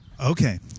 Okay